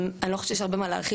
אני לא חושבת שיש הרבה מה להרחיב.